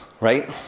right